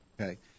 Okay